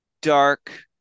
dark